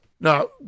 Now